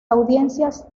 audiencias